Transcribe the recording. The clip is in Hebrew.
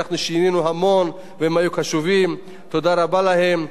אנחנו שינינו המון, והם היו קשובים, תודה רבה להם.